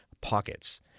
pockets